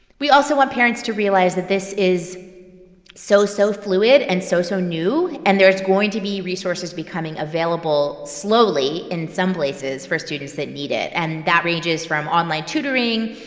we also want parents to realize that this is so, so fluid and so, so new. and there's going to be resources becoming available slowly in some places for students that need it. and that ranges from online tutoring,